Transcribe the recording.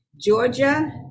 Georgia